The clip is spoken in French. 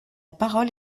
parole